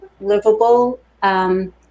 livable